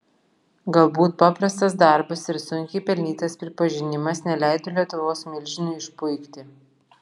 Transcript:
galbūt paprastas darbas ir sunkiai pelnytas pripažinimas neleido lietuvos milžinui išpuikti